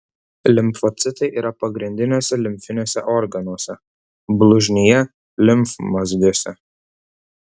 limfocitai yra pagrindiniuose limfiniuose organuose blužnyje limfmazgiuose